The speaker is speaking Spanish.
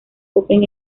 köppen